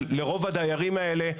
אבל לרוב הדיירים האלה,